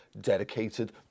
dedicated